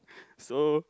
so